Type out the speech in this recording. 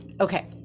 Okay